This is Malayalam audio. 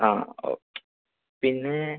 ആ ഓക്കെ പിന്നെ